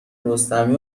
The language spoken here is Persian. رستمی